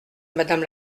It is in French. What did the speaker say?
madame